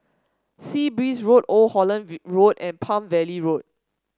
Sea Breeze Road Old Holland Road and Palm Valley Road